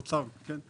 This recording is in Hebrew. אוצר, כן.